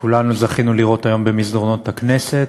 כולנו זכינו לראות היום במסדרונות הכנסת.